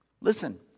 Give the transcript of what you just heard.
Listen